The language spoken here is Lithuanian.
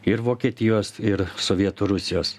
ir vokietijos ir sovietų rusijos